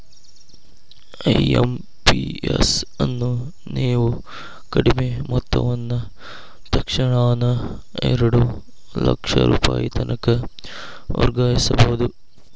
IMPS ಅನ್ನು ನೇವು ಕಡಿಮಿ ಮೊತ್ತವನ್ನ ತಕ್ಷಣಾನ ಎರಡು ಲಕ್ಷ ರೂಪಾಯಿತನಕ ವರ್ಗಾಯಿಸ್ಬಹುದು